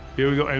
here we go. and